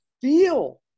feel